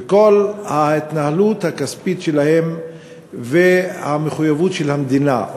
וכל ההתנהלות הכספית שלהם והמחויבות של המדינה,